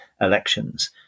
elections